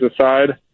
aside